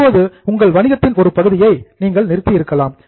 இப்போது உங்கள் வணிகத்தின் ஒரு பகுதியை நீங்கள் நிறுத்தி இருக்கலாம்